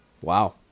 Wow